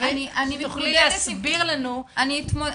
והן יוכלו להסביר לנו -- אני אשמח מאוד.